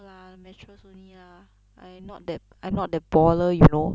no lah mattress only lah I not that I not that baller you know